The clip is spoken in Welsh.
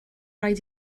rhaid